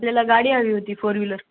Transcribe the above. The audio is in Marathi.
आपला गाडी हवी होती फोर विलर